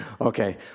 okay